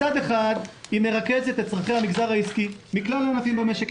מצד אחד היא מרכזת את צרכי המגזר העסקי מכלל הענפים במשק.